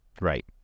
Right